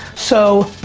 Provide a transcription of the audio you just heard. so,